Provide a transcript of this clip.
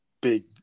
big